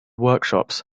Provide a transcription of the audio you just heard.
workshops